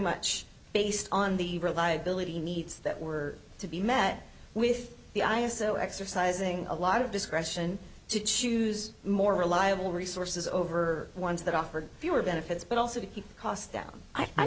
much based on the reliability needs that were to be met with the i s o exercising a lot of discretion to choose more reliable resources over ones that offered fewer benefits but also to keep costs down i